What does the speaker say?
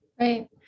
Right